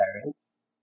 parents